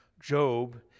Job